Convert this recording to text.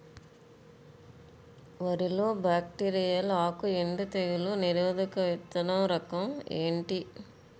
వరి లో బ్యాక్టీరియల్ ఆకు ఎండు తెగులు నిరోధక విత్తన రకం ఏంటి?